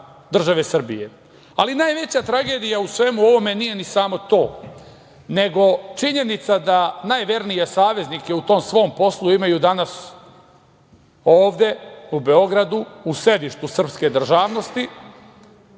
države Srbije, ali najveća tragedija u svemu ovome nije ni samo to, nego činjenica da najvernije saveznike u tom svom poslu imaju danas ovde u Beogradu, u sedištu srpske državnosti,